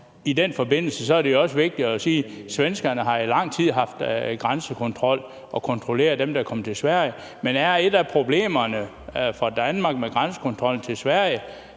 i den forbindelse er det jo også vigtigt at sige: Svenskerne har i lang tid haft grænsekontrol og kontrolleret dem, der er kommet til Sverige. Men er et af problemerne med grænsekontrollen fra